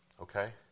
Okay